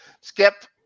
Skip